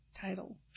title